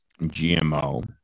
gmo